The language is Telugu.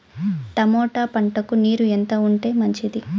టమోటా పంటకు నీరు ఎంత ఉంటే మంచిది?